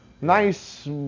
Nice